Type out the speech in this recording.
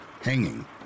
hanging